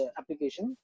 application